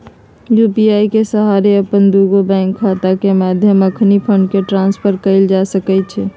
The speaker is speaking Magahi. यू.पी.आई के सहारे अप्पन दुगो बैंक खता के मध्य अखनी फंड के ट्रांसफर कएल जा सकैछइ